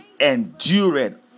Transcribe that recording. endured